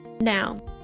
Now